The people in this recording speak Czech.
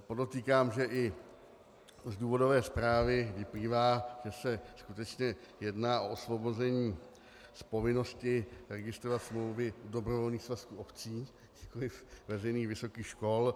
Podotýkám, že i z důvodové zprávy vyplývá, že se skutečně jedná o osvobození z povinnosti registrovat smlouvy dobrovolných svazků obcí, nikoliv veřejných vysokých škol.